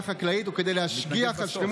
אדוני היושב-ראש, מכובדיי השרים,